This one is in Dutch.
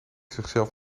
zichzelf